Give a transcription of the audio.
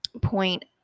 point –